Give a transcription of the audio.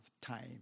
time